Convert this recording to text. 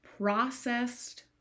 processed